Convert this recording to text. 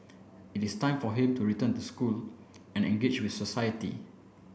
it is time for him to return to school and engage with society